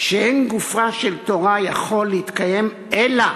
שאין גופה של תורה יכול להתקיים אלא